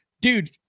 dude